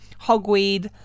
hogweed